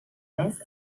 més